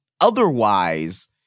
otherwise